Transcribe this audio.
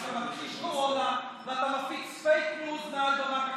אתה מכחיש קורונה ואתה מפיץ פייק ניוז מעל במת הכנסת.